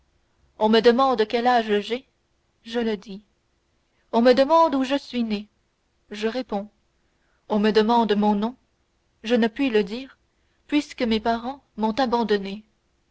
on me demande quel âge j'ai je le dis on me demande où je suis né je réponds on me demande mon nom je ne puis le dire puisque mes parents m'ont abandonné